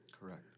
Correct